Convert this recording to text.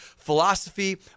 philosophy